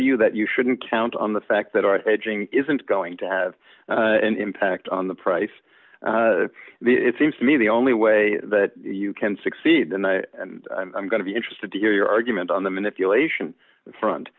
you that you shouldn't count on the fact that our hedging isn't going to have an impact on the price it seems to me the only way that you can succeed and i'm going to be interested to hear your argument on the manipulation front